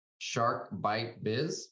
sharkbitebiz